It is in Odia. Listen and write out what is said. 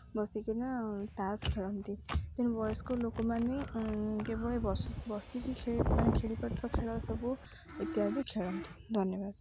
ବସିକିନା ତାସ ଖେଳନ୍ତି ତେଣୁ ବୟସ୍କ ଲୋକମାନେ କେବଳ ବସି ବସିକି ଖେଳି ମାନେ ଖେଳିପାରୁଥିବା ଖେଳ ସବୁ ଇତ୍ୟାଦି ଖେଳନ୍ତି ଧନ୍ୟବାଦ